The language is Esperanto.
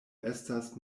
estas